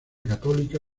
católica